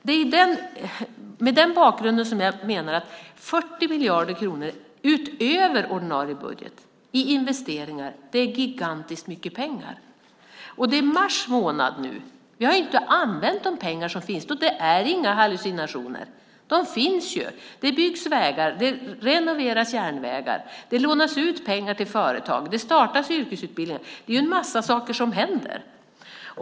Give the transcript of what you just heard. Det är mot den bakgrunden som jag menar att 40 miljarder kronor i investeringar utöver ordinarie budget är gigantiskt mycket pengar. Det är mars månad nu och vi har inte använt de pengar som finns. Det är inga hallucinationer; de finns. Det byggs vägar, det renoveras järnvägar, det lånas ut pengar till företag och det startas yrkesutbildningar. Det är en massa saker som händer.